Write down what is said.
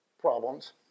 problems